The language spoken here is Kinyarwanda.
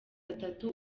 atatu